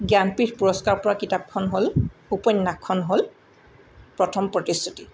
জ্ঞানপীঠ পুৰস্কাৰ পোৱা কিতাপখন হ'ল উপন্যাসখন হ'ল প্ৰথম প্ৰতিশ্ৰুতি